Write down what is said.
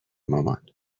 مامان